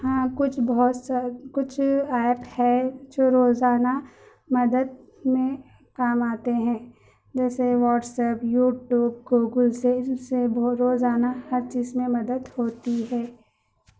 ہاں کچھ بہت سا کچھ ایپ ہے جو روزانہ مدد میں کام آتے ہیں جیسے واٹس ایپ یوٹیوب گوگلس ہے جس سے بہت روزانہ ہر چیز میں مدد ہوتی ہے